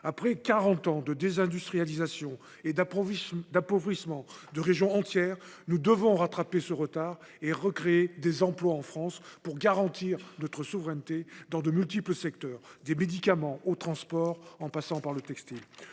Après quarante ans de désindustrialisation et d’appauvrissement de régions entières, nous devons rattraper ce retard et recréer des emplois en France pour garantir notre souveraineté dans de multiples secteurs – des médicaments aux transports en passant par le textile.